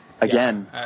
again